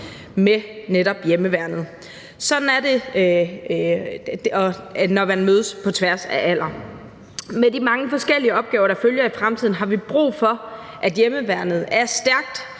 med netop hjemmeværnet. Sådan er det, når man mødes på tværs af alder. Med de mange forskellige opgaver, der følger i fremtiden, har vi brug for, at hjemmeværnet er stærkt,